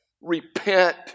repent